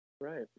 Right